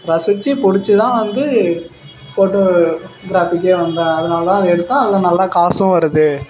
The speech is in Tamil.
ரசித்து பிடிச்சி தான் வந்து ஃபோட்டோகிராஃபிக்கே வந்தேன் அதனால தான் அதை எடுத்தேன் அதில் நல்லா காசும் வருது